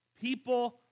People